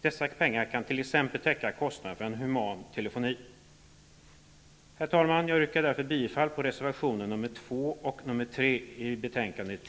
De pengarna kan man använda t.ex. för att täcka kostnaderna för en human telefoni. Herr talman! Jag yrkar bifall till reservationerna nr